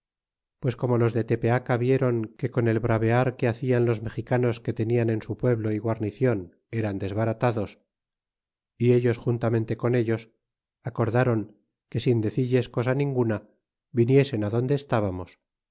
pues como los de tepeaca vieron que con el bravear que hacian los mexicanos que tenian en su pueblo y guarnicion eran desbaratados y ellos juntamente con ellos acordron que sin dediles cosa ninguna viniesen adonde estábamos